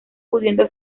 pudiendo